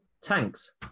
tanks